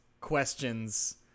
questions